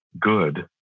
good